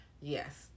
Yes